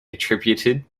attributed